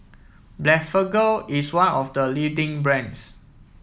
Blephagel is one of the leading brands